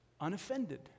unoffended